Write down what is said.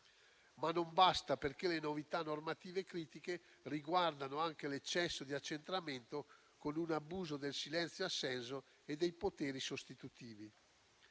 ma non basta, perché le novità normative critiche riguardano anche l'eccesso di accentramento con un abuso del silenzio assenso e dei poteri sostitutivi.